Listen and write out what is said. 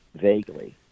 vaguely